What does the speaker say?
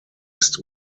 ist